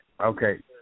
Okay